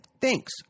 thanks